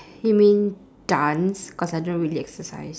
you mean dance cause I don't really exercise